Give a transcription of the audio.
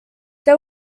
they